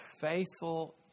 faithful